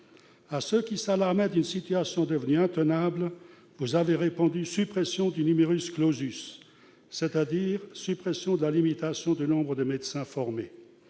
À ceux qui s'alarmaient d'une situation devenue intenable, vous avez répondu par la suppression du, c'est-à-dire la suppression de la limitation du nombre des médecins formés.